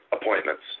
appointments